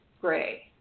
gray